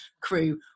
crew